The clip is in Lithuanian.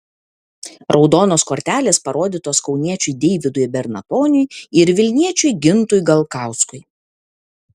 raudonos kortelės parodytos kauniečiui deividui bernatoniui ir vilniečiui gintui galkauskui